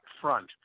front